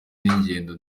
n’ingendo